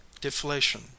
Deflation